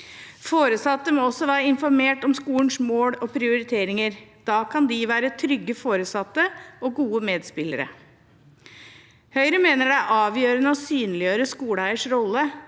Foresatte må også være informert om skolens mål og prioriteringer; da kan de være trygge foresatte og gode medspillere. Høyre mener det er avgjørende å synliggjøre skoleeiers rolle